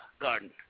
Garden